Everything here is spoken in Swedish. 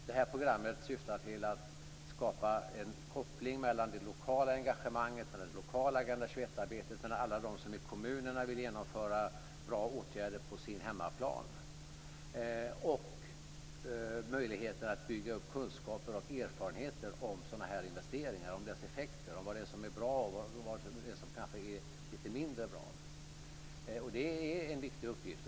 Det syftar till att skapa en koppling mellan det lokala engagemanget, det lokala Agenda 21-arbetet och alla dem som i kommunerna vill genomföra bra åtgärder på sin hemmaplan och möjligheten att bygga upp kunskaper och erfarenheter om sådana investeringar, deras effekter och vad som är bra och vad som kanske är lite mindre bra. Det är en viktig uppgift.